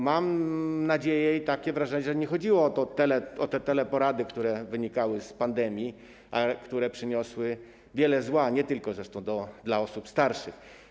Mam nadzieję i takie wrażenie, że nie chodziło o te teleporady, które wynikały z pandemii, a które przyniosły wiele zła, nie tylko zresztą dla osób starszych.